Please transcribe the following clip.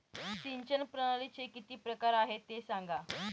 सिंचन प्रणालीचे किती प्रकार आहे ते सांगा